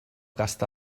gasta